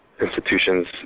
institutions